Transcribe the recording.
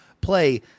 play